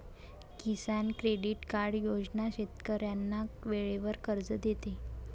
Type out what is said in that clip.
किसान credit card योजना शेतकऱ्यांना वेळेवर कर्ज देते